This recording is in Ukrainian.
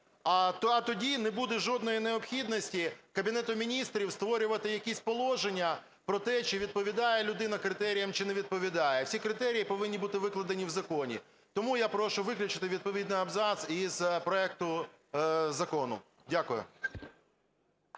А тоді не буде жодної необхідності Кабінету Міністрів створювати якісь положення про те, чи відповідає людина критеріям, чи не відповідає. Всі критерії повинні бути викладені в законі. Тому я прошу виключити відповідний абзац із проекту закону. Дякую.